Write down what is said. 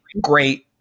great